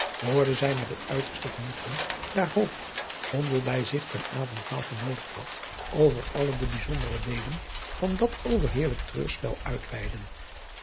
hoorde zij met het uiterste genoegen daar bij zich ten avondmaaltijd genoodigd had over alle de bijzondere deelen van dat overheerlijk reurspel uitweiden